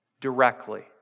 directly